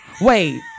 Wait